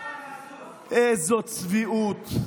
איזו צביעות.